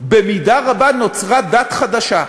במידה רבה נוצרה דת חדשה,